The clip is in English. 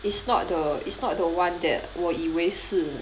it's not the it's not the one that 我以为是